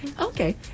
Okay